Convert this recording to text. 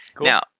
Now